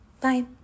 bye